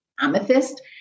amethyst